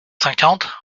cinquante